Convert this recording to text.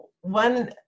One